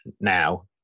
Now